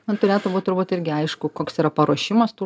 na turėtų būt turbūt irgi aišku koks yra paruošimas tų